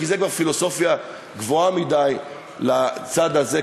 כי זו כבר פילוסופיה גבוהה מדי לצד הזה,